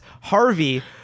Harvey